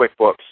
QuickBooks